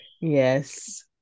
Yes